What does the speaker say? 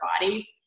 bodies